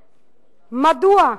מדוע,